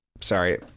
sorry